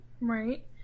right